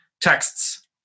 texts